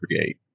create